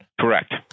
Correct